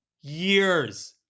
years